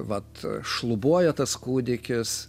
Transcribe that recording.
vat šlubuoja tas kūdikis